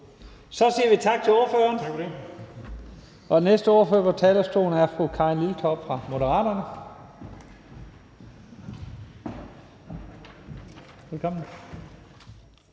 Så siger vi tak til ordføreren. Og den næste ordfører på talerstolen er fru Karin Liltorp fra Moderaterne. Velkommen.